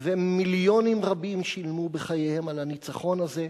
ומיליונים רבים שילמו בחייהם על הניצחון הזה.